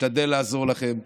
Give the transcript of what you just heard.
נשתדל לעזור לכם,